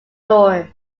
door